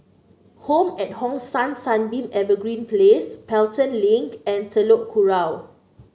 home at Hong San Sunbeam Evergreen Place Pelton Link and Telok Kurau